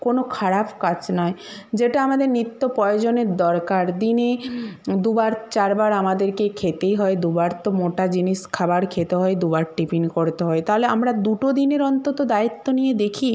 কোনো খারাপ কাজ নয় যেটা আমাদের নিত্য প্রয়োজনের দরকার দিনে দুবার চারবার আমাদেরকে খেতেই হয় দুবার তো মোটা জিনিস খাবার খেতে হয় দুবার টিফিন করতে হয় তাহলে আমরা দুটো দিনের অন্তত দায়িত্ব নিয়ে দেখি